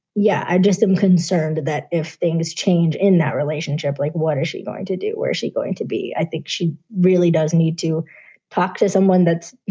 yeah, i just am concerned that if things change in that relationship, like, what is she going to do? where is she going to be? i think she really does need to talk to someone that's,